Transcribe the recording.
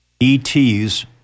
ETs